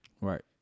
Right